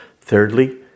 Thirdly